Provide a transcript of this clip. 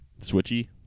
switchy